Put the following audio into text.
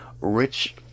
Rich